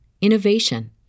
innovation